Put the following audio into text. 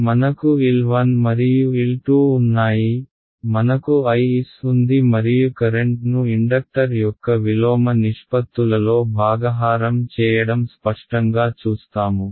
మనకు L 1 మరియు L 2 ఉన్నాయి మనకు I s ఉంది మరియు కరెంట్ ను ఇండక్టర్ యొక్క విలోమ నిష్పత్తులలో భాగహారం చేయడం స్పష్టంగా చూస్తాము